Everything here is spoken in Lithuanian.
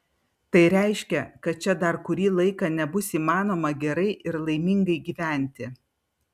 tai reiškia kad čia dar kurį laiką nebus įmanoma gerai ir laimingai gyventi